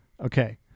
Okay